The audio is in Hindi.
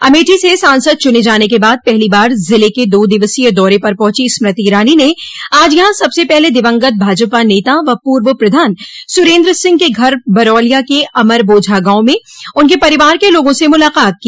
अमेठी से सांसद चुने जाने के बाद पहली बार जिले के दो दिवसीय दौरे पर पहुंची स्मृति ईरानी ने आज यहाँ सबसे पहले दिवंगत भाजपा नेता व पूर्व प्रधान सुरेन्द्र सिंह के घर बरौलिया के अमरबोझा गाँव में उनके परिवार के लोगों से मुलाकात की